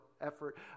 effort